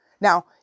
Now